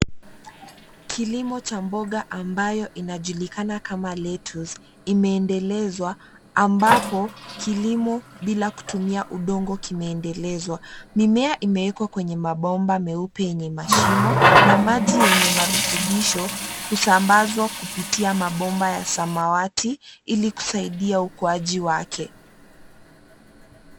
Kilimo cha mboga ambayo inajulikana kama lettuce imeendelezwa ambapo kilimo bila kutumia udongo kimeendelezwa. Mimea imewekwa kwenye mabomba meupe yenye mashimo na maji yenye marutubisho husambazwa kupitia mabomba ya samawati ili kusaidia ukuaji wake.